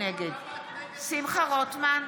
נגד שמחה רוטמן,